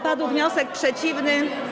Padł wniosek przeciwny.